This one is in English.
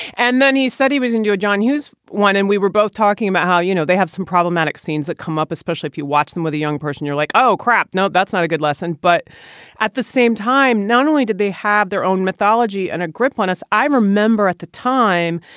and then he said he was into a john hughes one and we were both talking about how, you know, they have some problematic scenes that come up, especially if you watch them with a young person, you're like, oh, crap. no, that's not a good lesson but at the same time, not only did they have their own mythology and a grip on us. i remember at the time